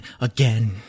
again